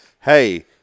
Hey